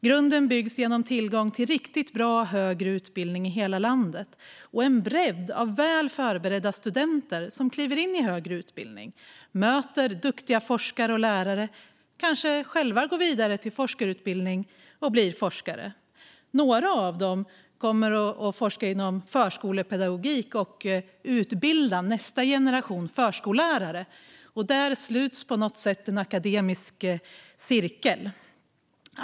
Grunden byggs genom tillgång till riktigt bra högre utbildning i hela landet och en bredd av väl förberedda studenter som kliver in i högre utbildning, möter duktiga forskare och lärare och kanske själva går vidare till forskarutbildning och blir forskare. Några av dem kommer att forska inom förskolepedagogik och utbilda nästa generation förskollärare. Där sluts på något sätt en akademisk cirkel.